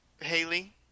Haley